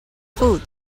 food